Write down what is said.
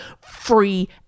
free